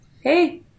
hey